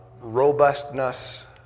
robustness